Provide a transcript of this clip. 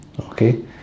okay